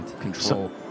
Control